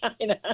China